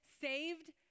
saved